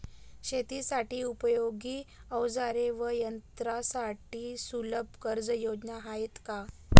शेतीसाठी उपयोगी औजारे व यंत्रासाठी सुलभ कर्जयोजना आहेत का?